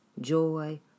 joy